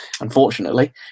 unfortunately